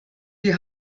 die